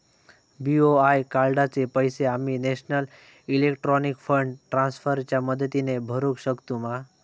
BOI कार्डाचे पैसे आम्ही नेशनल इलेक्ट्रॉनिक फंड ट्रान्स्फर च्या मदतीने भरुक शकतू मा?